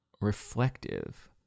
reflective